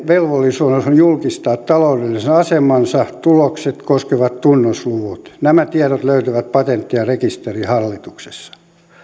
velvollisuus on julkistaa taloudellista asemansa ja tuloksiaan koskevat tunnusluvut nämä tiedot löytyvät patentti ja rekisterihallituksesta